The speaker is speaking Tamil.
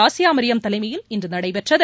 ஆசியா மரியம் தலைமையில் இன்று நடைபெற்றது